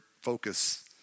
focus